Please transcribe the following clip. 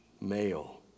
male